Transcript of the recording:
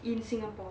in singapore